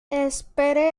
espere